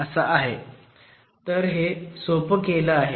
तर हे सोपं केलं आहे